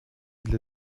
для